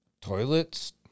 Toilets